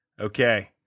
Okay